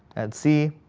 ad c,